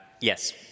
Yes